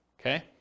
Okay